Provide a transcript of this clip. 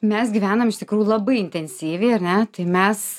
mes gyvenam iš tikrųjų labai intensyviai ar ne tai mes